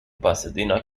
pasadena